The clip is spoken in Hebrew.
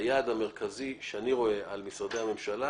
והיעד המרכזי, שאני רואה, של משרדי הממשלה